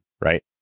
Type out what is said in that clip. right